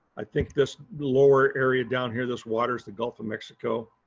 i think this lower area down here. this water s the gulf of mexico.